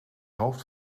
hoofd